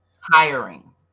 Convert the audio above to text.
hiring